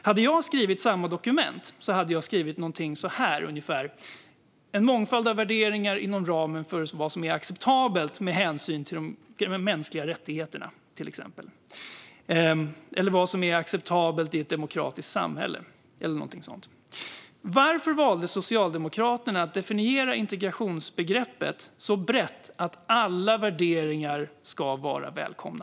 Hade jag skrivit samma dokument hade jag skrivit ungefär så här: en mångfald av värderingar inom ramen för vad som är acceptabelt med hänsyn till de mänskliga rättigheterna, till exempel, eller vad som är acceptabelt i ett demokratiskt samhälle eller något sådant. Varför valde Socialdemokraterna att definiera integrationsbegreppet så brett att alla värderingar ska vara välkomna?